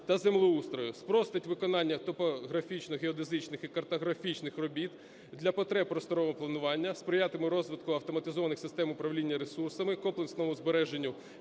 та землеустрою, спростить виконання топографічних, геодезичних і картографічних робіт для потреб просторового планування, сприятиме розвитку автоматизованих систем управління ресурсами, комплексному збереженню